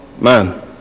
man